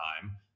time